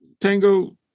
tango